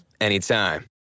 anytime